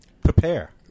prepare